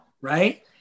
right